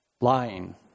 lying